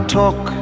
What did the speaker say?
talk